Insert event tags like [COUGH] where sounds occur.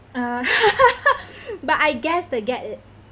uh [LAUGHS] but I guess they get it